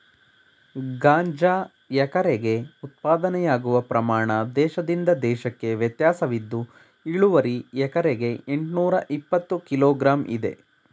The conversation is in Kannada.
ಗಾಂಜಾ ಎಕರೆಗೆ ಉತ್ಪಾದನೆಯಾಗುವ ಪ್ರಮಾಣ ದೇಶದಿಂದ ದೇಶಕ್ಕೆ ವ್ಯತ್ಯಾಸವಿದ್ದು ಇಳುವರಿ ಎಕರೆಗೆ ಎಂಟ್ನೂರಇಪ್ಪತ್ತು ಕಿಲೋ ಗ್ರಾಂ ಇದೆ